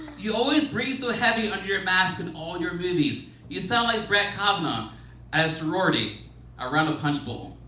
you always breath so heavy under your mask in all your movies. you sound like brett kavanaugh at a sorority around a punch bowl.